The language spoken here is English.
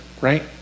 right